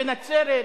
בנצרת,